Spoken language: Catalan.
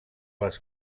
les